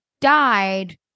died